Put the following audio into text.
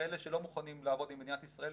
כאלה שלא מוכנים לעבוד עם מדינת ישראל,